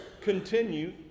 continue